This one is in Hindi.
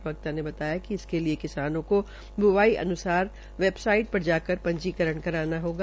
प्रवक्ता ने बताया कि इसके लिए किसानों को ब्आड्र अन्सार वेबासाइट पर जाकर पंजीकरण करना होगा